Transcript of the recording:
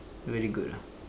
very good lah